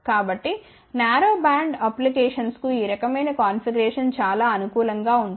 కాబట్టి narrow band applications కు ఈ రకమైన కాన్ఫిగరేషన్ చాలా అనుకూలం గా ఉంటుంది